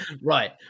Right